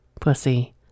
pussy